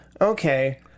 okay